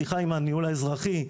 שיחה עם הניהול האזרחי,